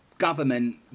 government